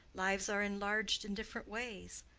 lives are enlarged in different ways.